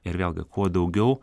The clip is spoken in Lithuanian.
ir vėlgi kuo daugiau